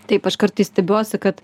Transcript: taip aš kartais stebiuosi kad